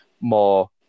more